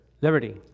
liberty